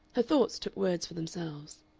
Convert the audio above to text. her thoughts took words for themselves.